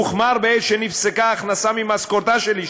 הוחמר בעת שנפסקה ההכנסה ממשכורתה של אשתי,